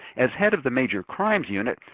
as head of the major crimes unit,